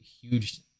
huge